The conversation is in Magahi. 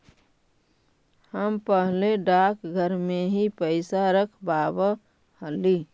हम पहले डाकघर में ही पैसा रखवाव हली